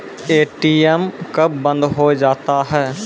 ATM कब बंद हो जाता हैं?